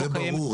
לא, זה ברור.